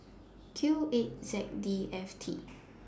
Q eight Z D F T